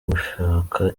ugushaka